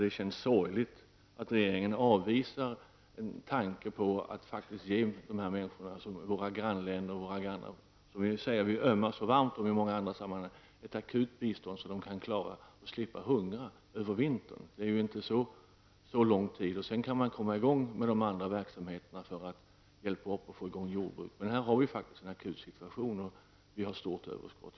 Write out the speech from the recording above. Det känns sorgligt att regeringen avvisar en tanke på att faktiskt ge dessa människor, våra grannar som vi säger att vi ömmar varmt för i många andra sammanhang, ett akut bistånd så att de kan klara och slipper hunger under vintern. Det är inte så lång tid, och sedan kan man komma i gång med de andra verksamheterna för att hjälpa dem och få i gång jordbruket. Men här är det en akut situation, och vi har stort överskott.